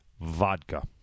Vodka